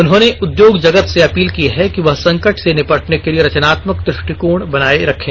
उन्होंने उद्योग जगत से अपील की है कि वह संकट से निपटने के लिए रचनात्मक दृष्टिकोण बनाये रखें